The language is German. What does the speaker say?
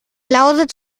lausitz